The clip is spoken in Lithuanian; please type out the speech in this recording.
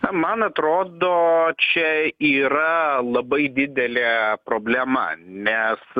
na man atrodo čia yra labai didelė problema nes